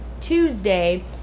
tuesday